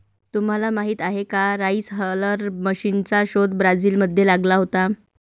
तुम्हाला माहीत आहे का राइस हलर मशीनचा शोध ब्राझील मध्ये लागला होता